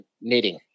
knitting